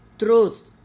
truth